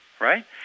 right